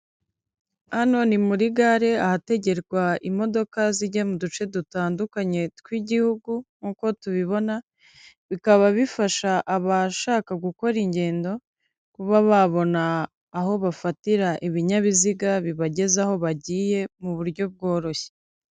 Hano ni muri gare ahategerwa imodoka zijya mu duce dutandukanye tw'igihugu, nkuko tubibona bikaba bifasha abashaka gukora ingendo kuba babona aho bafatira ibinyabiziga bibagezaho bagiye mu buryo bworoshye.